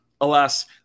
alas